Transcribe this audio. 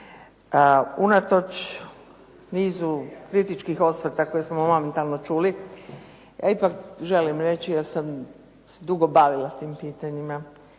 Unatoč nizu kritičkih osvrta koje smo momentalno čuli ja ipak želim reći da sam se dugo bavila tim pitanjima